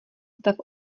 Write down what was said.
stav